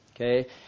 okay